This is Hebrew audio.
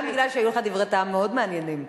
גם כי היו לך דברי טעם מאוד מעניינים.